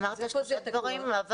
אמרת כאן שני דברים.